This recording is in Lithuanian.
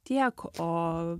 tiek o